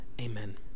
Amen